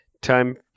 time